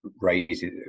raises